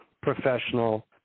professional